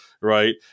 right